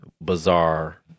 bizarre